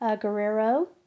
Guerrero